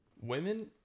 Women